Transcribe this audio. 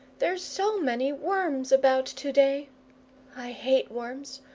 there's so many worms about to-day. i hate worms.